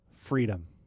freedom